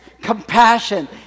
compassion